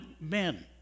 men